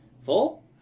Full